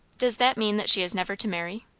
does that mean that she is never to marry?